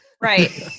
Right